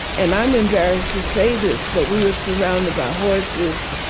and i'm embarrassed to say this, but we were surrounded by horses